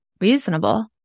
reasonable